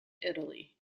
italy